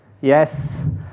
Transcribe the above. Yes